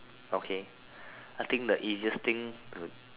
okay I think the easiest thing